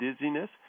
dizziness